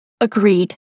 agreed